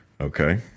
Okay